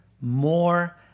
more